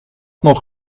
nog